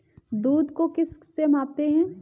दूध को किस से मापते हैं?